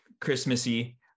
Christmassy